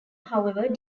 however